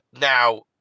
Now